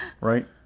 Right